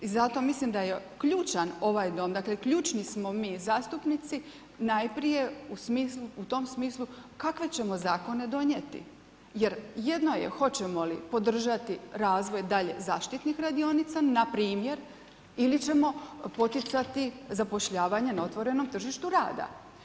I zato mislim da ključan ovaj dom dakle, ključni smo mi zastupnici najprije u tom smislu kakve ćemo zakone donijeti jer jedno je hoćemo li podržati razvoj dalje zaštitnih radionica npr. ili ćemo poticati zapošljavanje na otvorenom tržištu rada.